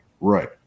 Right